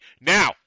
Now